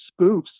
spoofs